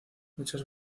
muchas